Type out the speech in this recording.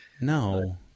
No